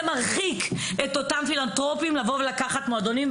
מרחיק את אותם פילנתרופים מלקחת מועדונים.